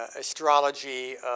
astrology